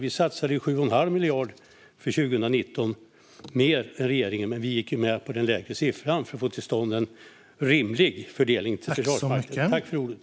Vi satsade för år 2019 7,5 miljarder mer än regeringen, men vi gick med på den lägre siffran för att få till stånd en rimlig fördelning till Försvarsmakten.